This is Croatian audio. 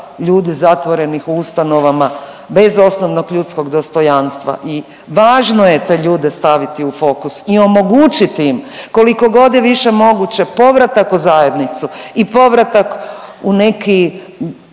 ljudi zatvorenih u ustanovama bez osnovnog ljudskog dostojanstva i važno je te ljude staviti u fokus i omogućiti im, koliko god je više moguće povratak u zajednicu i povratak u neki